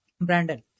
Brandon